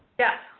yes.